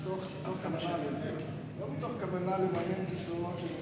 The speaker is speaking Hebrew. לא מתוך כוונה לממן כישלונות של ממשלה,